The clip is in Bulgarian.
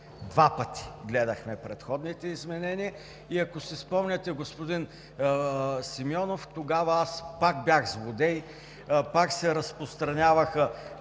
всъщност гледахме предходните изменения и ако си спомняте, господин Симеонов, тогава аз пак бях злодей, пак се разпространяваха